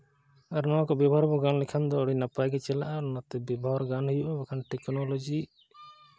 ᱟᱨ ᱱᱚᱣᱟ ᱠᱚ ᱵᱮᱵᱚᱦᱟᱨ ᱵᱚᱱ ᱜᱟᱱ ᱞᱮᱠᱷᱟᱱ ᱫᱚ ᱟᱹᱰᱤ ᱱᱟᱯᱟᱭ ᱜᱮ ᱪᱟᱞᱟᱜᱼᱟ ᱚᱱᱟᱛᱮ ᱵᱮᱵᱚᱦᱟᱨ ᱜᱟᱱ ᱦᱩᱭᱩᱜᱼᱟ ᱵᱟᱠᱷᱟᱱ ᱴᱮᱠᱱᱳᱞᱚᱡᱤ